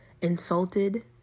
insulted